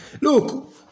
Look